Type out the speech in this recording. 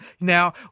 Now